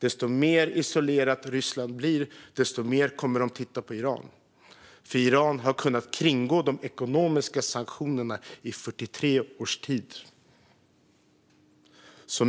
Ju mer isolerat Ryssland blir, desto mer kommer Ryssland att titta på Iran. Iran har kunnat kringgå de ekonomiska sanktionerna i 43 års tid.